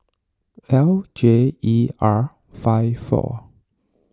L J E R five four